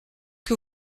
que